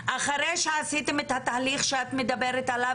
אחרי שעשיתם את התהליך שאת מדברת עליו